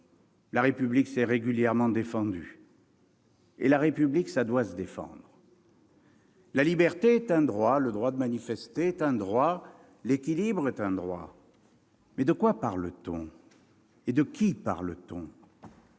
La République s'est régulièrement défendue, et la République doit se défendre. La liberté est un droit ; manifester est un droit ; l'équilibre est un droit. Mais de quoi, de qui, parle-t-on ?